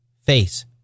face